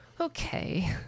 okay